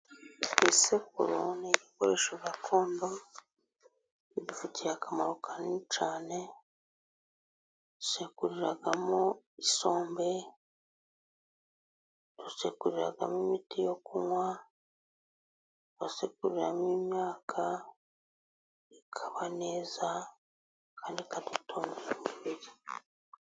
Isekuru ni igikoresho gakondo, kidufitiye akamaro kanini cyane, basekuriramo isombe, basekuriramo imiti yo kunywa, basekuriramo imyaka ikaba neza kandi ikadutungira umubiri.